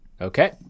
Okay